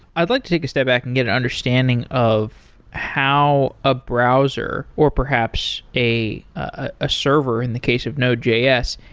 i'd like to take a step back and get an understanding of how a browser, or perhaps a a server, in the case of node js,